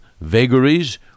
vagaries